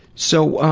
so,